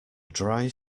dry